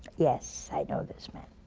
yes, i know this man